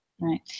Right